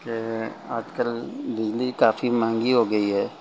کہ آج کل بجلی کافی مہنگی ہو گئی ہے